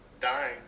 dying